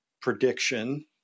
prediction